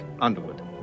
Underwood